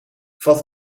valt